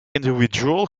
individual